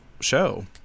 show